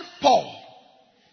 Paul